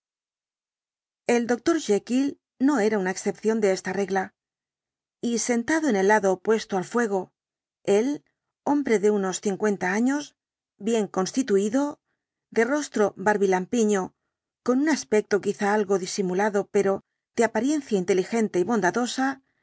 el dr jekyll no era una excepción de esta regla y sentado en el lado opuesto al fuego él hombre de unos cincuenta años bien constituido de rostro barbilampiño con un aspecto quizá algo disimulado pero de apariencia inteligente y bondadosa